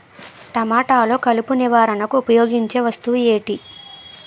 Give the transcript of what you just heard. టమాటాలో కలుపు నివారణకు ఉపయోగించే వస్తువు ఏంటి?